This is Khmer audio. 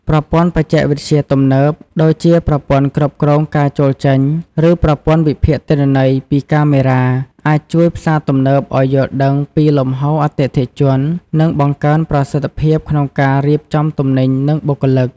ប្រព័ន្ធបច្ចេកវិទ្យាទំនើប ដូចជាប្រព័ន្ធគ្រប់គ្រងការចូលចេញ ឬប្រព័ន្ធវិភាគទិន្នន័យពីកាមេរ៉ា អាចជួយផ្សារទំនើបឱ្យយល់ដឹងពីលំហូរអតិថិជន និងបង្កើនប្រសិទ្ធភាពក្នុងការរៀបចំទំនិញ និងបុគ្គលិក។